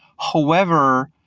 however,